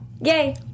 Yay